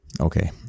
Okay